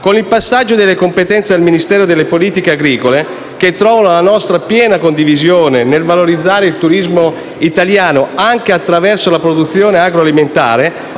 Con il passaggio delle competenze al Ministero delle politiche agricole, che trova la nostra piena condivisione, si valorizza il turismo italiano anche attraverso la produzione agroalimentare,